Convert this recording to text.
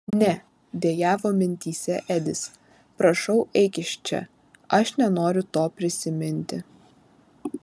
ne dejavo mintyse edis prašau eik iš čia aš nenoriu to prisiminti